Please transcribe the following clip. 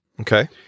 Okay